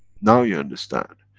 now you understand.